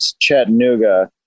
chattanooga